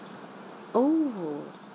oh